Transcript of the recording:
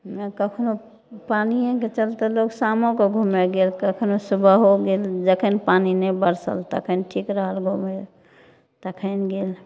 जे कखनो पानिएके चलते लोग शामोके घूमे गेल कखनो सुबहो गेल जखनि पानि नहि बरसल तखनि ठीक रहल घूमे तखनि गेल